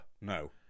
No